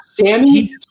Sammy